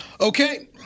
Okay